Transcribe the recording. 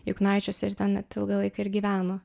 juknaičiuose ir ten net ilgą laiką ir gyveno